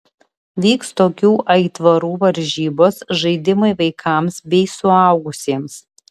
vyks tokių aitvarų varžybos žaidimai vaikams bei suaugusiems